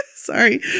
Sorry